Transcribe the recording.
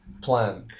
plan